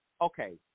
Okay